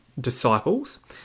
disciples